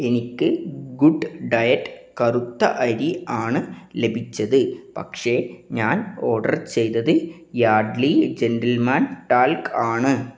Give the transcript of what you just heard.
എനിക്ക് good diet കറുത്ത അരി ആണ് ലഭിച്ചത് പക്ഷേ ഞാൻ ഓർഡർ ചെയ്തത് യാഡ്ലി ജെന്റിൽമാൻ ടാൽക്ക് ആണ്